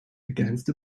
against